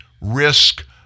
risk